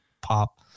pop